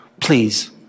please